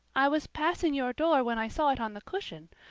i was passing your door when i saw it on the cushion,